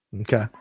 Okay